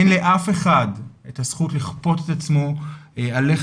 אין לאף אחד את הזכות לכפות את עצמו עליך